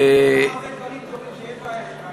אתם עושים כל כך הרבה דברים טובים שאין בעיה של רעיונות.